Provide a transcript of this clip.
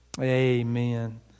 Amen